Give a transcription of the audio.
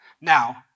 Now